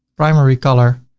primary color,